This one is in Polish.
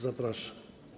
Zapraszam.